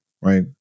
right